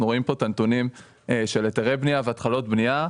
אנחנו רואים פה את הנתונים של היתרי בניה והתחלות בניה,